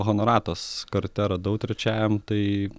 honoratas karte radau trečiajam tai